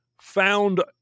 found